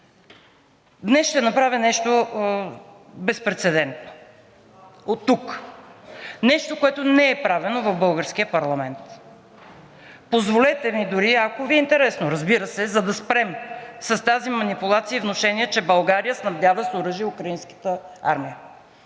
Днес ще направя нещо безпрецедентно оттук, нещо, което не е правено в българския парламент. Позволете ми дори, ако Ви е интересно, разбира се, за да спрем с тази манипулация и внушение, че България снабдява с оръжие украинската армия,